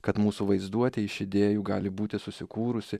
kad mūsų vaizduotė iš idėjų gali būti susikūrusi